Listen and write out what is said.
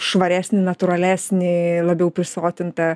švaresnį natūralesnį labiau prisotintą